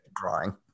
drawing